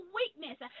weakness